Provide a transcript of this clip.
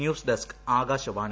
news desk Akashvani